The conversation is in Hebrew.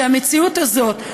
המציאות הזאת,